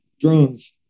drones